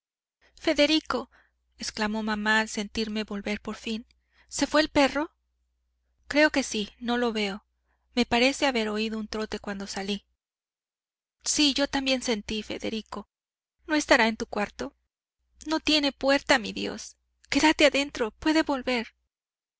federico exclamó mamá al sentirme volver por fin se fué el perro creo que sí no lo veo me parece haber oído un trote cuando salí sí yo también sentí federico no estará en tu cuarto no tiene puerta mi dios quédate adentro puede volver